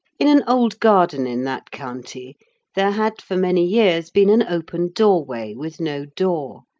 in an old garden in that county there had for many years been an open doorway with no door,